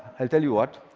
i'll tell you what.